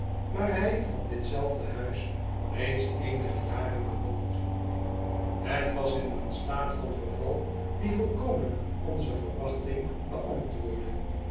maar hij had dit zelfde huis reeds eenige jaren bewoond het was in een staat van verval die volkomen aan onze verwachting beantwoordde